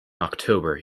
october